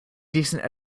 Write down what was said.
decent